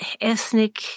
ethnic